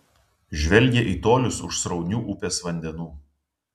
žvelgia į tolius už sraunių upės vandenų